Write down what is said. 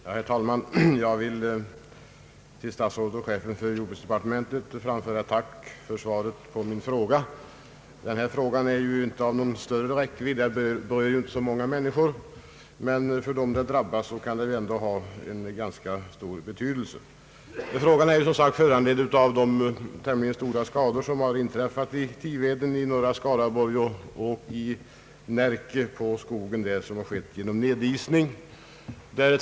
Herr talman! Jag vill till herr statsrådet och chefen för jordbruksdepartementet framföra ett tack för svaret på min fråga. Den är inte av så stor räckvidd och berör inte så många människor, men för den det drabbar kan det ändå ha ganska stor betydelse. Frågan är föranledd av de tämligen stora skador som genom nedisning inträffat på skogen i Tiveden i norra Skaraborgs län och i Närke.